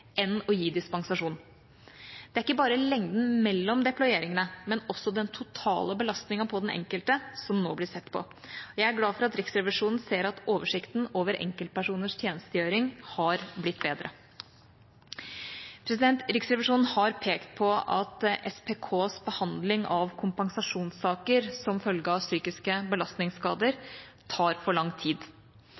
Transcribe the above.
enn å gi dispensasjon. Det er ikke bare lengden mellom deployeringene, men også den totale belastningen på den enkelte som nå blir sett på. Jeg er glad for at Riksrevisjonen ser at oversikten over enkeltpersoners tjenestegjøring har blitt bedre. Riksrevisjonen har pekt på at SPKs behandling av kompensasjonssaker som følge av psykiske belastningsskader, tar for lang tid.